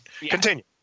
continue